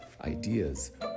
Ideas